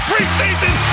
preseason